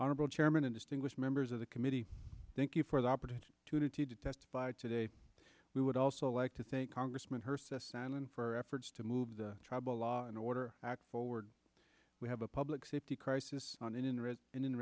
honorable chairman and distinguished members of the committee thank you for the opportunity to testify today we would also like to think congressman her sistan and for efforts to move the tribal law and order act forward we have a public safety crisis on i